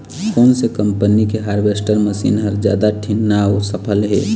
कोन से कम्पनी के हारवेस्टर मशीन हर जादा ठीन्ना अऊ सफल हे?